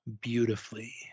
beautifully